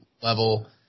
level